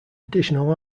additional